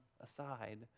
aside